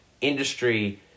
industry